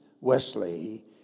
Wesley